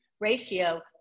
ratio